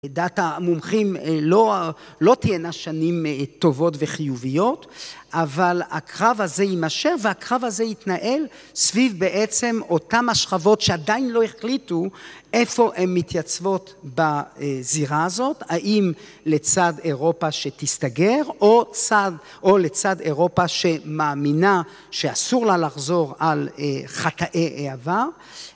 לדעת המומחים לא תהיינה שנים טובות וחיוביות, אבל הקרב הזה יימשך והקרב הזה יתנהל סביב בעצם אותן השכבות שעדיין לא החליטו איפה הן מתייצבות בזירה הזאת, האם לצד אירופה שתסתגר, או לצד אירופה שמאמינה שאסור לה לחזור על חטאי העבר